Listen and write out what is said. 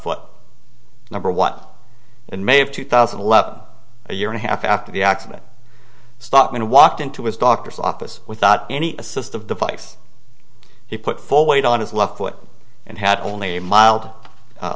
foot number what in may of two thousand and eleven a year and a half after the accident stockman walked into his doctor's office without any assist of the vice he put full weight on his left foot and had only a mild